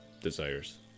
desires